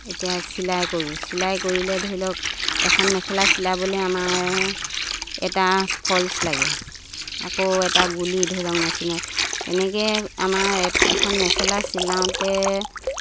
এতিয়া চিলাই কৰোঁ চিলাই কৰিলে ধৰি লওক এখন মেখেলা চিলাবলে আমাৰ এটা ফলচ লাগে আকৌ এটা গুলি ধৰি লওক মেচিনত তেনেকে আমাৰ এখন মেখেলা চিলাওঁতে